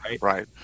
right